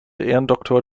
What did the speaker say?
ehrendoktor